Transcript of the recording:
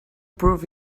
prove